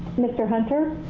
mr. hunter?